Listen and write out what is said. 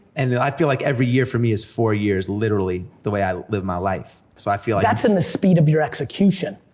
and then i feel like every year for me is four years, literally the way i live my life. so i feel like that's in the speed of your execution.